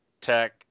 Tech